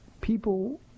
people